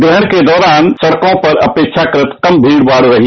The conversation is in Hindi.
ग्रहण के दौरान सड़कों पर अपेक्षाकृत कम भीड़ भाड़ रही